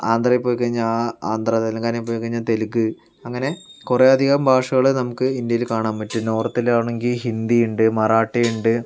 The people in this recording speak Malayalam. ആന്ധ്രയിൽ പോയി കഴിഞ്ഞാൽ ആന്ധ്ര തെലുങ്കാനയിൽ പോയി കഴിഞ്ഞാൽ തെലുങ്ക് അങ്ങനെ കുറെയധികം ഭാഷകള് നമുക്ക് ഇന്ത്യയില് കാണാൻ പറ്റും നോർത്തിൽ ആണെങ്കിൽ ഹിന്ദി ഉണ്ട് മറാട്ടി ഉണ്ട്